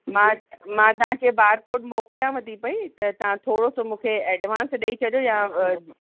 मां मां तव्हांखे बारकोड मोकिलियांव थी पेई त तव्हां थोरोसो मूंखे एडवांस ॾेई छॾियो या